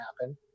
happen